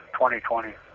2020